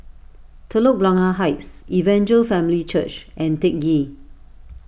Telok Blangah Heights Evangel Family Church and Teck Ghee